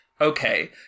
okay